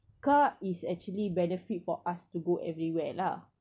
car is actually benefit for us to go everywhere lah